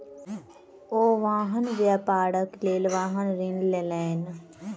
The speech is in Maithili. ओ वाहन व्यापारक लेल वाहन ऋण लेलैन